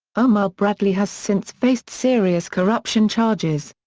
omar bradley has since faced serious corruption charges.